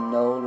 no